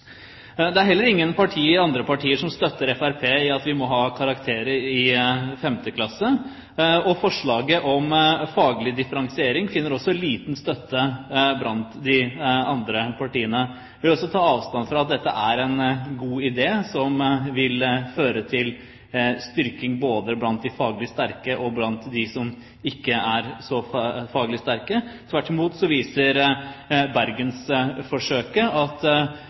Det er heller ingen andre partier som støtter Fremskrittspartiet i at vi må ha karakterer i 5. klasse, og forslaget om faglig differensiering finner også liten støtte blant de andre partiene. Jeg vil også ta avstand fra at dette er en god idé som vil føre til en styrking både blant de faglig sterke og blant de som ikke er så faglig sterke. Tvert imot viser Bergensforsøket at